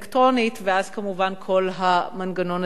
ואז כמובן כל המנגנון הזה יצטרך להיות אחר.